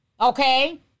okay